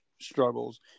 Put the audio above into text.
struggles